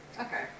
Okay